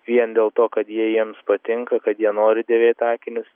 vien dėl to kad jie jiems patinka kad jie nori dėvėt akinius